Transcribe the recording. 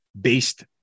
based